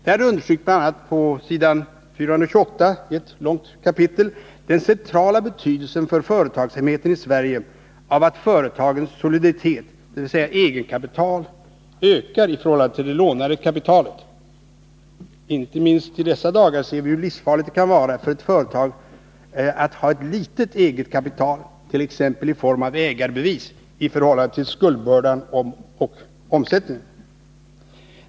Där understryks, bl.a. i ett långt kapitel på s. 428, den centrala betydelsen för företagsamheten i Sverige av att företagens soliditet, dvs. egenkapital, ökar i förhållande till det lånade kapitalet. Inte minst i dessa dagar ser vi hur livsfarligt det kan vara för ett företag att ha litet eget kapital, t.ex. i form av ägarbevis, i förhållande till skuldbördan och omsättningen.